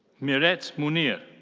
mirette mounir.